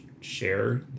share